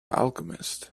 alchemist